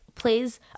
Plays